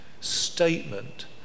statement